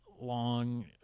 long